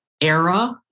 era